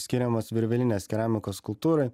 skiriamos virvelinės keramikos kultūrai